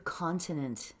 continent